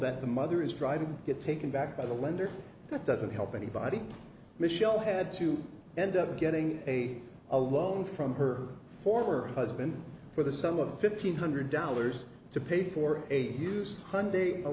that the mother is driving get taken back by the lender that doesn't help anybody michelle had to end up getting a a loan from her former husband for the sum of fifteen hundred dollars to pay for a use hyundai